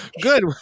good